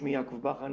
שמי יעקב בכר,